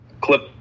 clip